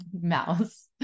mouse